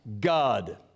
God